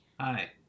Hi